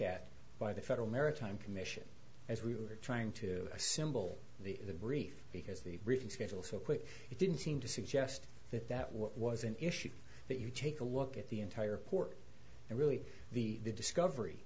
at by the federal maritime commission as we were trying to assemble the brief because the briefing schedule so quick it didn't seem to suggest that that was an issue that you take a look at the entire port and really the discovery